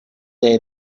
day